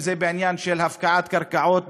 אם זה בעניין של הפקעת קרקעות,